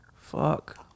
Fuck